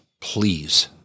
please